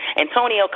Antonio